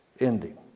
ending